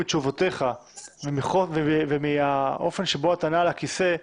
מתשובותיך ומהאופן שבו אתה נע על הכיסא,